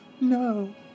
No